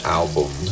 album